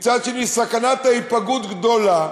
מצד אחר סכנת ההיפגעות גדולה.